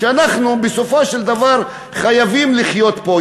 אנחנו בסופו של דבר חייבים לחיות פה,